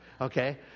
Okay